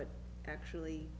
it actually